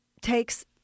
takes –